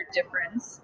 difference